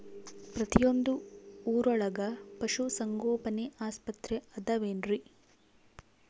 ಪ್ರತಿಯೊಂದು ಊರೊಳಗೆ ಪಶುಸಂಗೋಪನೆ ಆಸ್ಪತ್ರೆ ಅದವೇನ್ರಿ?